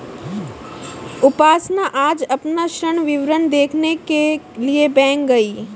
उपासना आज अपना ऋण विवरण देखने के लिए बैंक गई